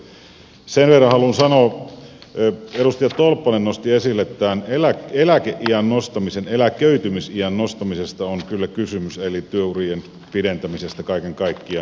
sen verran haluan sanoa kun edustaja tolppanen nosti esille tämän eläkeiän nostamisen että eläköitymisiän nostamisesta on kyllä kysymys eli työurien pidentämisestä kaiken kaikkiaan